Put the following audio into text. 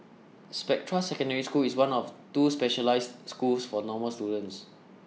Spectra Secondary School is one of two specialised schools for normal students